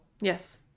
yes